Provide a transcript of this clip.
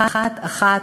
אחת-אחת,